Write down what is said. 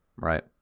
Right